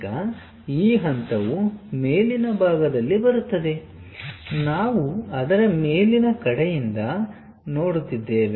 ಈಗ ಈ ಹಂತವು ಮೇಲಿನ ಭಾಗದಲ್ಲಿ ಬರುತ್ತದೆ ನಾವು ಅದರ ಮೇಲಿನ ಕಡೆಯಿಂದ ನೋಡುತ್ತಿದ್ದೇವೆ